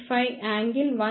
485∟ 155º ఉంది